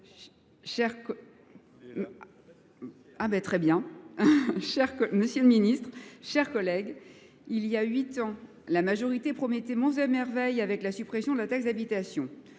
Chers collègues, il y a huit ans, la majorité promettait mon merveille avec la suppression de la taxe d'habitation.